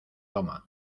toma